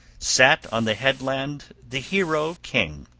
sat on the headland the hero king,